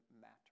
matter